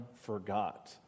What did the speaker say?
forgot